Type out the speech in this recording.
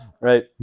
Right